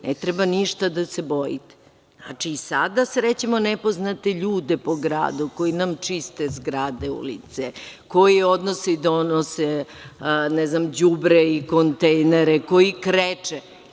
Ne treba ništa da se bojite, znači i sada srećemo nepoznate ljude po gradu, koji nam čiste zgrade, ulice, koji odnose i donose, ne znam đubre i kontejnere, koji kreče.